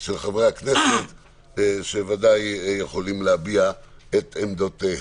של חברי הכנסת שוודאי יכולים להביע את עמדותיהם.